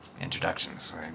Introductions